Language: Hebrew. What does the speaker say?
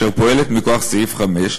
אשר פועלת מכוח סעיף 5,